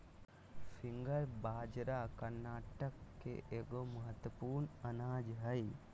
finger बाजरा कर्नाटक के एगो महत्वपूर्ण अनाज हइ